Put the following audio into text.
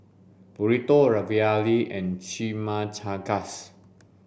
Burrito Ravioli and Chimichangas